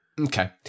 Okay